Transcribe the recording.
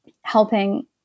helping